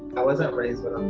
i wasn't raised with